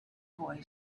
boy